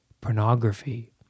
pornography